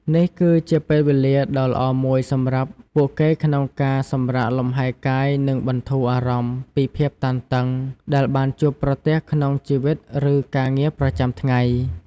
នេះគឺជាពេលវេលាដ៏ល្អមួយសម្រាប់ពួកគេក្នុងការសម្រាកលំហែរកាយនិងបន្ធូរអារម្មណ៍ពីភាពតានតឹងដែលបានជួបប្រទះក្នុងជីវិតឬការងារប្រចាំថ្ងៃ។